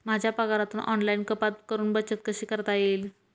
माझ्या पगारातून ऑनलाइन कपात करुन बचत कशी करता येईल?